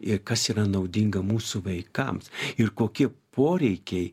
ir kas yra naudinga mūsų vaikams ir kokie poreikiai